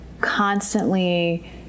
constantly